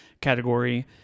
category